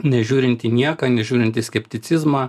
nežiūrint į nieką nežiūrint į skepticizmą